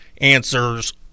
answers